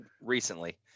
recently